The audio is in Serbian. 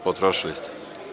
Potrošili ste.